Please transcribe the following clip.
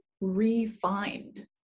refined